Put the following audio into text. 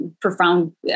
profound